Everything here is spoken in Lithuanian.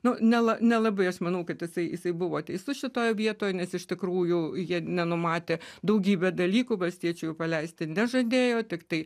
nu nela nelabai aš manau kaip jisai jisai buvo teisus šitoj vietoj nes iš tikrųjų jie nenumatė daugybę dalykų valstiečių paleisti nežadėjo tiktai